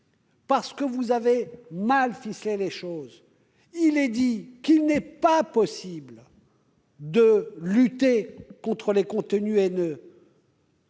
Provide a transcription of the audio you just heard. parce que vous avez mal ficelé ce texte, il apparaît qu'il n'est pas possible de lutter contre les contenus haineux